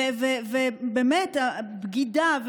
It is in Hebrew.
בגידה,